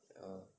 ya